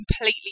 completely